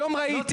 היום ראיתי